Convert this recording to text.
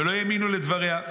ולא האמינו לדבריה.